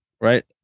right